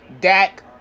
Dak